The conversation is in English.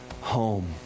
home